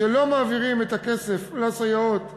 שלא מעבירות את הכסף לסייעות כנדרש,